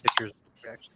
pictures